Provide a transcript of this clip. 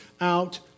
out